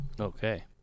Okay